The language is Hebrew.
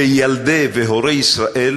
שילדי והורי ישראל,